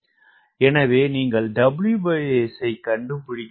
எனவே நீங்கள் WS ஐ கண்டுபிடிக்கலாம்